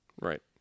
Right